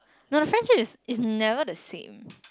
no the friendship is is never the same